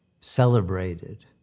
celebrated